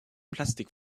plastik